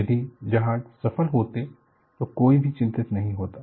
यदि जहाज सफल होते तो कोई भी चिंतित नहीं होती